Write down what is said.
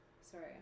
Sorry